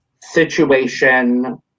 situation